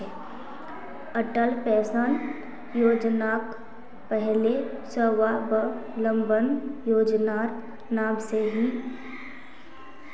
Atal pension योजनाक पहले स्वाबलंबन योजनार नाम से भी जाना जा छे